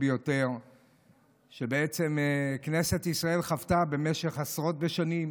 ביותר שכנסת ישראל חוותה במשך עשרות בשנים,